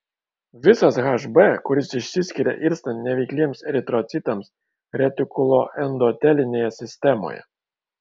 visas hb kuris išsiskiria irstant neveikliems eritrocitams retikuloendotelinėje sistemoje